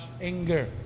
anger